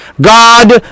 God